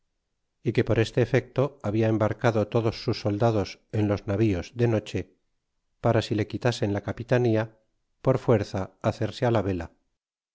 y que por este efecto habla embarcado todos sus soldados en los navíos de noche para si le quitasen la capitanía por fderza hacerse á la vela